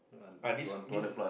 ah this this